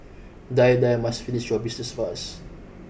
die die must finish your business first